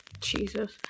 Jesus